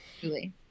Julie